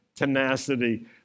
tenacity